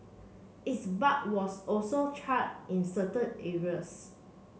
its bark was also charred in certain areas